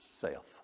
self